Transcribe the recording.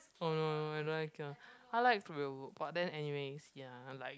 oh no no no I don't like Kyuhyun I liked Ryeowook but then anyways